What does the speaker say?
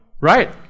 right